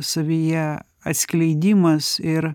savyje atskleidimas ir